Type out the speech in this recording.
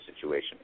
situation